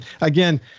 again